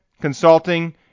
consulting